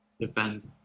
defend